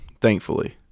thankfully